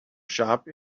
shop